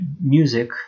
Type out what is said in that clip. music